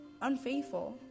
unfaithful